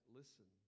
listen